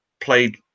played